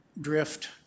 drift